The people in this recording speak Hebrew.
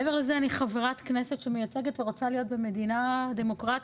מעבר לזה אני חברת כנסת שמייצגת ורוצה להיות במדינה דמוקרטית,